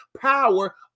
power